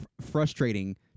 frustrating